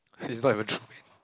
he's not even drawing